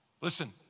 Listen